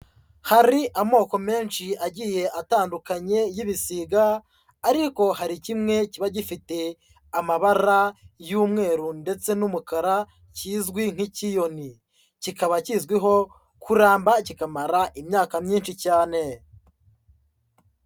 Hari amoko menshi agiye atandukanye y'ibisiga ariko hari kimwe kiba gifite amabara y'umweru ndetse n'umukara, kizwi nk'ikiyoni. Kikaba kizwiho kuramba, kikamara imyaka myinshi cyane.